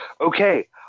Okay